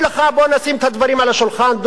בוא נשים את הדברים על השולחן דוגרי.